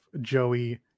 Joey